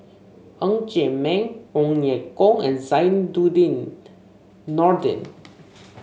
Ng Chee Meng Ong Ye Kung and Zainudin Nordin